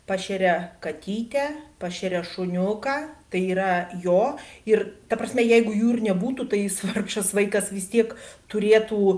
pašeria katytę pašeria šuniuką tai yra jo ir ta prasme jeigu jų ir nebūtų tai jis vargšas vaikas vis tiek turėtų